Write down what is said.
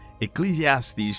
Ecclesiastes